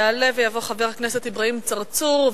יעלה ויבוא חבר הכנסת אברהים צרצור.